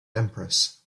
empress